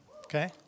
Okay